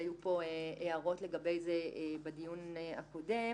שהיו לגבי זה הערות בדיון הקודם,